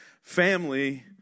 family